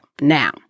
now